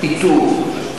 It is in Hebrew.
איתור.